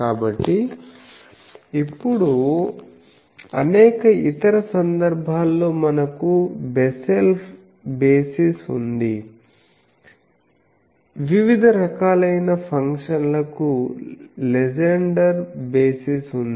కాబట్టి ఇప్పుడు అనేక ఇతర సందర్భాల్లో మనకు బెస్సెల్ బేసిస్ ఉంది వివిధ రకాలైన ఫంక్షన్లకు లెజెండర్ బేసిస్ ఉంది